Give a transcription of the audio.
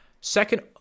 second